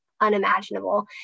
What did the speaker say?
Unimaginable